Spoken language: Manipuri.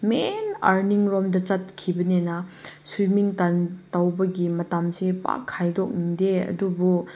ꯃꯦꯟ ꯑꯥꯔꯅꯤꯡꯔꯣꯝꯗ ꯆꯠꯈꯤꯕꯅꯤꯅ ꯁ꯭ꯋꯤꯃꯤꯡ ꯇꯧꯕꯒꯤ ꯃꯇꯝꯁꯦ ꯄꯥꯛ ꯈꯥꯏꯗꯣꯛꯅꯤꯡꯗꯦ ꯑꯗꯨꯕꯨ